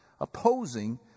opposing